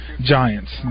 Giants